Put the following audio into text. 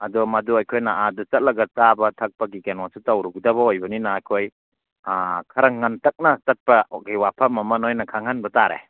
ꯑꯗꯣ ꯃꯗꯣ ꯑꯩꯈꯣꯏꯅ ꯑꯥꯗ ꯆꯠꯂꯒ ꯆꯥꯕ ꯊꯛꯄꯒꯤ ꯀꯩꯅꯣꯁꯨ ꯇꯧꯔꯨꯒꯗꯕ ꯑꯣꯏꯕꯅꯤꯅ ꯑꯩꯈꯣꯏ ꯈ꯭ꯔ ꯉꯟꯇꯛꯅ ꯆꯠꯄꯒꯤ ꯋꯥꯐꯝ ꯑꯃ ꯅꯣꯏꯅ ꯈꯪꯍꯟꯕ ꯇꯥꯔꯦ